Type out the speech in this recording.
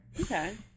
Okay